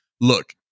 look